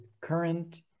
current